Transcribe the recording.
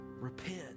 repent